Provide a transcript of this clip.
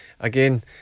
again